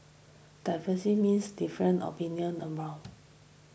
diversity means different opinion abound